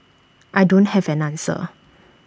I don't have an answer